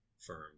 firm